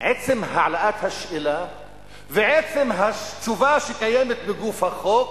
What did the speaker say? עצם העלאת השאלה ועצם התשובה שקיימת בגוף החוק